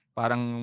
parang